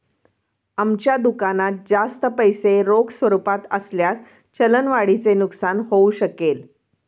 आमच्या दुकानात जास्त पैसे रोख स्वरूपात असल्यास चलन वाढीचे नुकसान होऊ शकेल